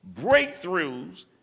breakthroughs